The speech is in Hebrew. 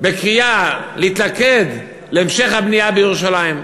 בקריאה להתלכד להמשך הבנייה בירושלים.